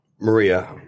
Maria